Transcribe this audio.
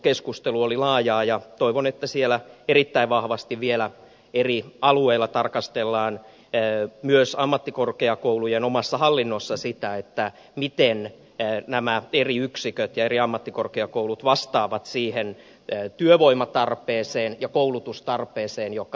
ammattikorkeakoulukeskustelu oli laajaa ja toivon että siellä erittäin vahvasti vielä eri alueilla tarkastellaan myös ammattikorkeakoulujen omassa hallinnossa sitä miten nämä eri yksiköt ja eri ammattikorkeakoulut vastaavat siihen työvoimatarpeeseen ja koulutustarpeeseen joka ammattikorkeakouluilla on